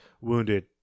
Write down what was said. wounded